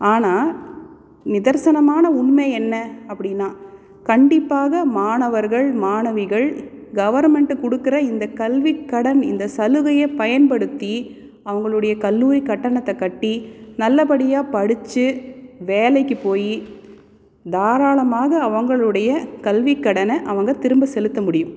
ஆனால் நிதர்சனமான உண்மை என்ன அப்படின்னா கண்டிப்பாக மாணவர்கள் மாணவிகள் கவர்மெண்ட்டு கொடுக்குற இந்த கல்விக்கடன் இந்த சலுகையை பயன்படுத்தி அவங்களுடைய கல்லூரி கட்டணத்தை கட்டி நல்லபடியாக படித்து வேலைக்கு போய் தாராளமாக அவங்களுடைய கல்வி கடனை அவங்க திரும்ப செலுத்த முடியும்